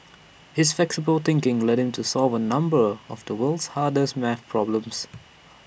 his flexible thinking led him to solve A number of the world's hardest math problems